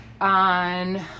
on